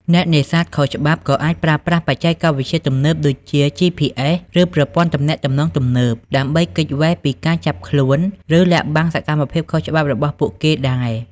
អ្នកនេសាទខុសច្បាប់ក៏អាចប្រើប្រាស់បច្ចេកវិទ្យាទំនើបដូចជា GPS ឬប្រព័ន្ធទំនាក់ទំនងទំនើប ដើម្បីគេចវេសពីការចាប់ខ្លួន ឬលាក់បាំងសកម្មភាពខុសច្បាប់របស់ពួកគេដែរ។